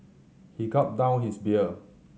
he gulped down his beer